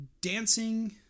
dancing